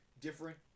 different